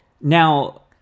Now